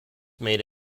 made